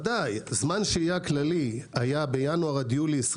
זמן שהייה כללי היה בינואר עד יולי 22'